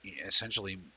essentially